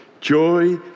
joy